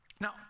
Now